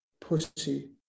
pussy